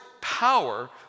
power